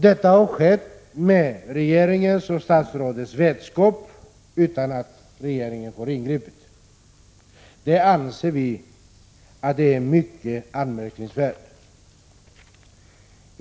Detta har skett med regeringens och statsrådets vetskap utan att regeringen har ingripit. Det anser vi vara mycket anmärkningsvärt.